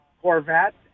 Corvette